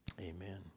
Amen